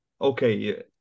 okay